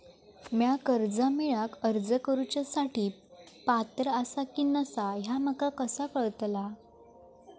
म्या कर्जा मेळाक अर्ज करुच्या साठी पात्र आसा की नसा ह्या माका कसा कळतल?